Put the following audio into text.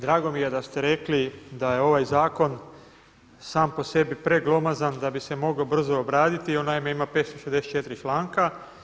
Drago mi je da ste rekli da je ovaj zakon sam po sebi preglomazan, da bi se mogao brzo obraditi i on naime ima 564 članka.